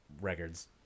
records